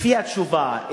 לפי התשובה,